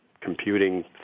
computing